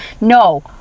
no